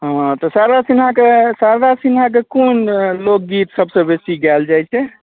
हँ तऽ शारदा सिन्हाके कोन लोकगीत सभसँ बेसी गाएल जाइ छै